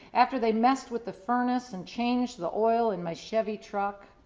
after they messed with the furnace, and changed the oil in my chevy truck